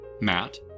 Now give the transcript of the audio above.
Matt